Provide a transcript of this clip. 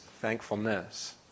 thankfulness